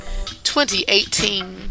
2018